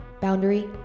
Boundary